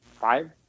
five